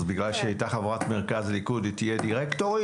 אז בגלל שהיא הייתה חברת מרכז ליכוד היא תהיה דירקטורית.